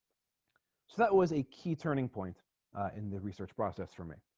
that was a key turning point in the research process for me